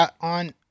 On